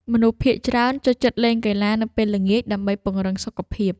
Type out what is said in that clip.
មនុស្សភាគច្រើនចូលចិត្តលេងកីឡានៅពេលល្ងាច ដើម្បីពង្រឹងសុខភាព។